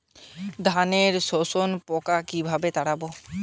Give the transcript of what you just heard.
ধানে শোষক পোকা কিভাবে তাড়াব?